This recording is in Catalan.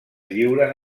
lliuren